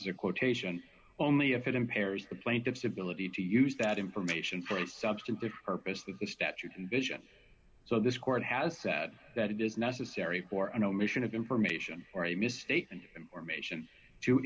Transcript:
is a quotation only if it impairs the plaintiff's ability to use that information for a substantive artists with the statute and vision so this court has said that it is necessary for an omission of information for a mistake and information to